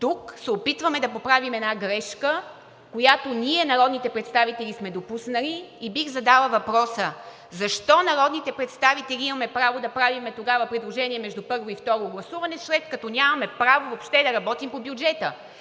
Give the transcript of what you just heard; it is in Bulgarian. Тук се опитваме да поправим една грешка, която ние, народните представители, сме допуснали. Бих задала въпроса: защо народните представители имаме право да правим тогава предложения между първо и второ гласуване, след като нямаме право въобще да работим по бюджета?